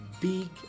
big